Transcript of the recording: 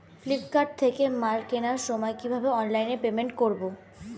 Flipkart থেকে মাল কেনার সময় কিভাবে অনলাইনে পেমেন্ট করব?